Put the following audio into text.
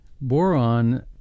boron